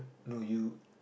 no you